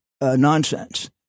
nonsense